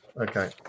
Okay